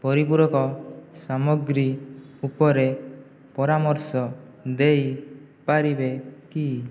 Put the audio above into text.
ପରିପୂରକ ସାମଗ୍ରୀ ଉପରେ ପରାମର୍ଶ ଦେଇପାରିବେ କି